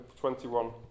21